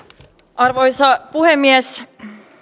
arvoisa puhemies